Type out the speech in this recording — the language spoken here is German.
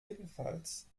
ebenfalls